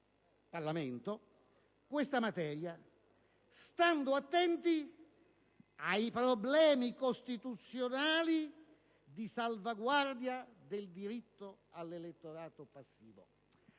Parlamento questa materia, stando attenti ai problemi costituzionali di salvaguardia del diritto all'elettorato passivo.